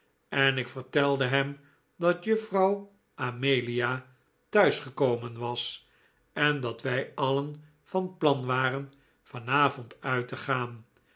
en ik vertelde hem dat juffrouw amelia thuis gekomen was en dat wij alien van plan waren vanavond uit te gaan